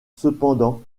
cependant